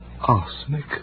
arsenic